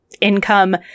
income